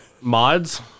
mods